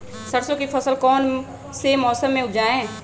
सरसों की फसल कौन से मौसम में उपजाए?